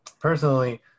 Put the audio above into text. Personally